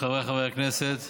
חבריי חברי הכנסת,